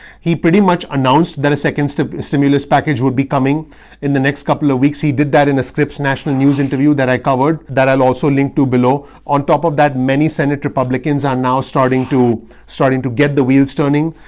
he pretty much announced that a second stimulus package would be coming in the next couple of weeks. he did that in the scripps national news interview that i covered that i'll also link to below. on top of that, many senate republicans are now starting to starting to get the wheels turning.